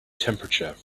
temperature